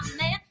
man